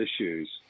issues